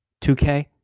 2K